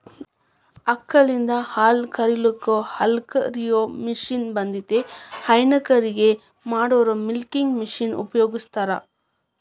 ಆಕಳಿಂದ ಹಾಲ್ ಕರಿಲಿಕ್ಕೂ ಹಾಲ್ಕ ರಿಯೋ ಮಷೇನ್ ಬಂದೇತಿ ಹೈನಗಾರಿಕೆ ಮಾಡೋರು ಮಿಲ್ಕಿಂಗ್ ಮಷೇನ್ ಉಪಯೋಗಸ್ತಾರ